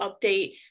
update